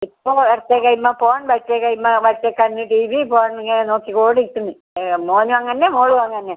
ഇപ്പോൾ കുറച്ച് കയ്യുമ്പം പോൺ വച്ചു കയ്യുമ്പം മറ്റേ കണ്ണ് ടീവീ ഫോണ് ഇങ്ങനെ ഡിഗ്രി പോവാൻ ഇങ്ങനെ നോക്കിക്കോണ്ടിരിക്കുന്നു മോൻ അങ്ങനെ മോളും അങ്ങനെ